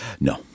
No